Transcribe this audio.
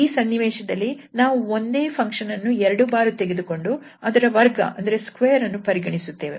ಈ ಸನ್ನಿವೇಶದಲ್ಲಿ ನಾವು ಒಂದೇ ಫಂಕ್ಷನ್ ಅನ್ನು ಎರಡು ಬಾರಿ ತೆಗೆದುಕೊಂಡು ಅದರ ವರ್ಗ ವನ್ನು ಪರಿಗಣಿಸುತ್ತೇವೆ